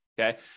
Okay